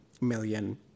million